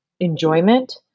enjoyment